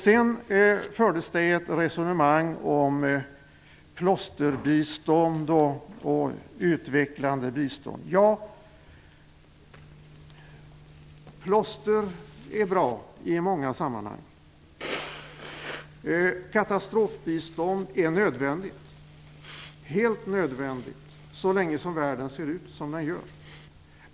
Sedan fördes det ett resonemang om plåsterbistånd och utvecklande bistånd. Ja, plåster är bra i många sammanhang. Katastrofbistånd är helt nödvändigt, så länge som världen ser ut som den gör.